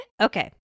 okay